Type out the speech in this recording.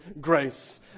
grace